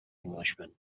englishman